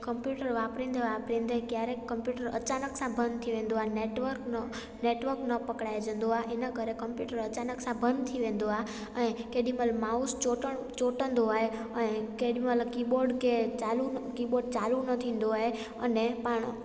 computer वापरींदे वापरींदे क्यारेक कम्पयूटर अचानकि सां बंदि थी वेंदो आए नेटवक नेटवक न पकड़ाइजंदो आहे इनकरे कम्पयूटर अचानकि सां बंदि थी वेंदो आहे ऐं केॾी महिल माउस चो चोटंदो आहे ऐं केॾी महिल की बॉड खे चालू की बॉड चालू न थींदो आहे अने पाणि